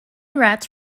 rats